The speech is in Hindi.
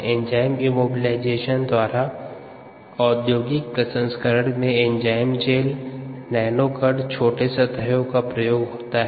एंजाइम इमोबिलाइजेशन के द्वारा औद्योगिक प्रसंस्करण में एंजाइम जैल नैनो कण और छोटे सतहों का प्रयोग होता हैं